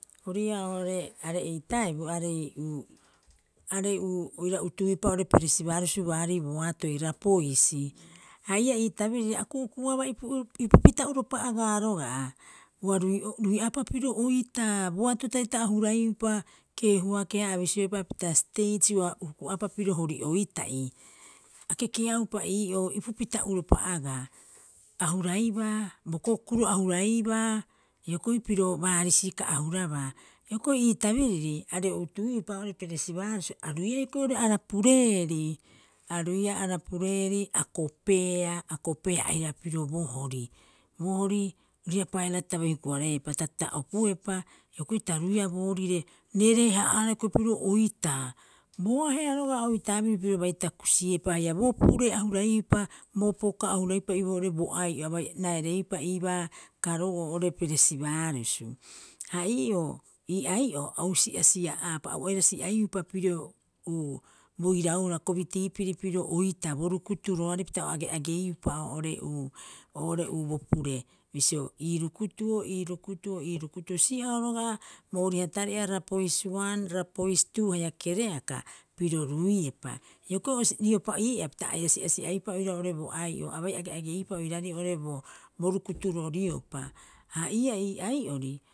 Orii'aa oo'ore are'ei taebu aarei oira utuiupa oo'ore peresibaarusu baarii boatoi, Rapoisi. Ha ii'aa ii tabiriri a ku'uku'uabaa ipupita uropa agaa roga'a. Ua ruiaapa pirio oitaa. Boato tari'ata a huraiupa keehuakeha a bisioepa pita steits ua huku'aapa pirio hori oita'i. A kekeaupa ii'oo ipupita'uropa agaa. A huraibaa bo kokuro a huraibaa, hioko'i piro baarisi ka'a hurabaa. Hioko'i ii tabiriri aarei o utuiupa oo'ore peresibaarusu, a ruiia hioko'i oo'ore arapureeri, a ruiia arapureeri a kopeea- a kopeea airaba pirio bo hori, ori'iira paelat ta bai huku- hareepa ta opuepa hioko'i ta ruiia boorire reeree- haa'aahara hioko'i pirio oitaa. Bo ahe'a roga'a oitaa biru piro bai takusiiepa haia bo pure ahuraiupa, bo poka a huraiiupa iiboore oo'ore bo ai'o a bai raereiupa iibaa karoou oo'ore peresibaarusu. Ha ii'oo ii ai'oo au si'asi'a'aapa au aira si'aiupa pirio bo irauhara kobitiipiri pirio oitaa bo rukuturoarei pita o age'ageiupa oo'ore u oo'ore u bo pure. Bisio, ii rukutuo, ii rukutuo, ii rukutuo, si'ao roga'a booriha tari'a Rapois uan Rapois tuu haia kereaka piro ruiepa. Hioko'i riopa ii'aa pita aira si'asi'aiupa oirau oo'ore bo ai'o a bai age'ageiupaa oiraarei oo'ore bo bo rukuturo riopa ha ii'aa ii ai'ori